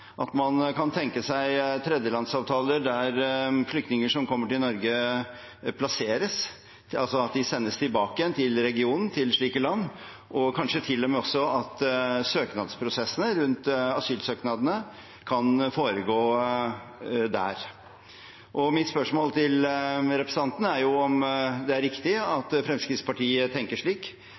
at man kan tenke seg tredjelandsavtaler der flyktninger som kommer til Norge, plasseres, altså at de sendes tilbake igjen til regionen, til slike land, og kanskje til og med også at søknadsprosessene rundt asylsøknadene kan foregå der. Mitt spørsmål til representanten er om det er riktig at Fremskrittspartiet tenker slik,